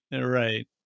Right